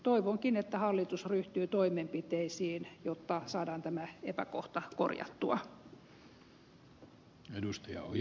toivonkin että hallitus ryhtyy toimenpiteisiin jotta saadaan tämä epäkohta korjattua